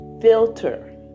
filter